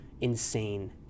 insane